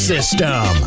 System